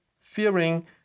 fearing